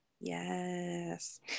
yes